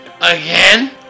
again